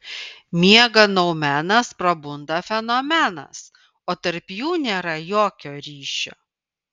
miega noumenas prabunda fenomenas o tarp jų nėra jokio ryšio